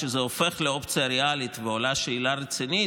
כשזה הופך לאופציה ריאלית ועולה שאלה רצינית,